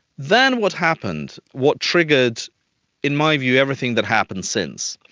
then what happened, what triggered in my view everything that happened since,